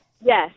Yes